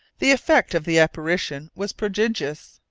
the effect of the apparition was prodigious.